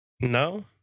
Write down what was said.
No